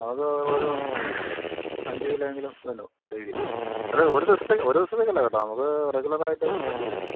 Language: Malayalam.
നമക്ക് ഒരു അഞ്ച് കിലോ എങ്കിലും വേണം ഡെയിലി അത് ഒരു ഒരു ദിവസത്തേക്കല്ലേ കേട്ടോ നമുക്ക് റെഗുലറായിട്ട് വേണ്ടിവരും